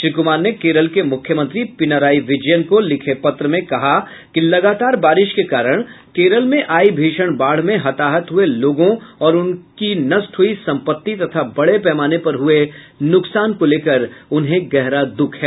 श्री कुमार ने केरल के मुख्यमंत्री पिनाराई विजयन को लिखे पत्र में कहा कि लगातार बारिश के कारण केरल में आई भीषण बाढ़ में हताहत हुये लोगों और उनकी नष्ट हुई संपत्ति तथा बड़े पैमाने पर हुये नुकसान को लेकर उन्हें गहरा दुख है